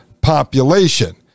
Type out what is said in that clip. population